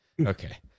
Okay